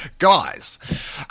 Guys